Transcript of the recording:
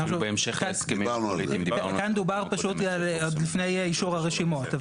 כאן דובר פשוט עוד לפני אישור הרשימות.